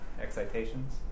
excitations